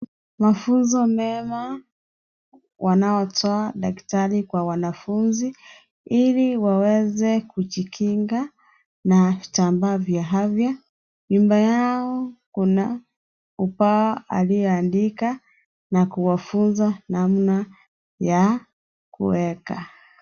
Mafunzo mema wanaotoa daktari kwa wanafunzi ili waweze kujikinga na vitambaa vya afya . Nyuma yao kuna ubao aliyoandika na kuwanza namna ya kueka.